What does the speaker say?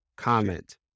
Comment